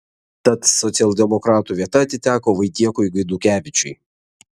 tad socialdemokratų vieta atiteko vaitiekui gaidukevičiui